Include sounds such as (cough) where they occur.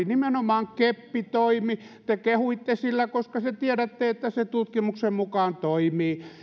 (unintelligible) nimenomaan keppitoimi te kehuitte sillä koska te tiedätte että se tutkimuksen mukaan toimii